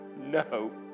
no